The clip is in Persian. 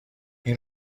این